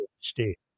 state